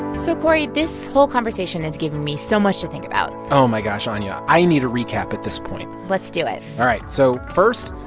so, cory, this whole conversation has given me so much to think about oh, my gosh, anya, i need a recap at this point let's do it all right. so first,